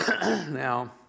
Now